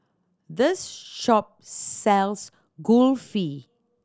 this shop sells Kulfi